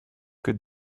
good